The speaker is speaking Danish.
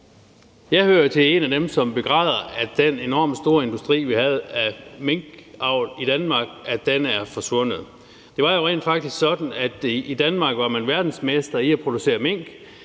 Jeg hører jo til dem, som begræder, at den enormt store industri af minkavl, vi havde i Danmark, er forsvundet. Det var jo rent faktisk sådan, at man i Danmark var verdensmestre i at producere mink.